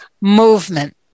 movement